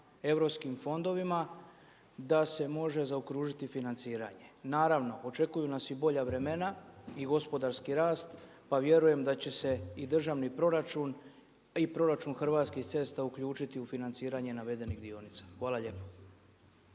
europskim fondovima da se može zaokružiti financiranje. Naravno, očekuju nas i bolja vremena i gospodarski rast, pa vjerujem da će se i državni proračun i proračun Hrvatskih cesta uključiti u financiranje navedenih dionica. Hvala lijepo.